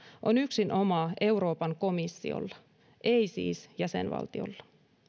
on yksinomaan euroopan komissiolla ei siis jäsenvaltioilla